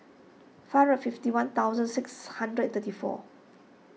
five hundred fifty one thousand six hundred thirty four